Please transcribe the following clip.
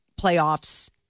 playoffs